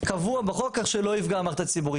קבוע בחוק כך שלא יפגע במערכת הציבורית.